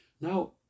Now